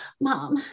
mom